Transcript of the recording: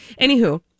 Anywho